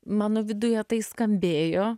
mano viduje tai skambėjo